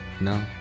No